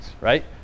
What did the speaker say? right